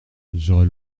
j’aurai